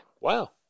Wow